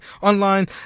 Online